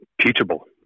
teachable